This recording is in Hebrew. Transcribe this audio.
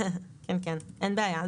אין בעיה.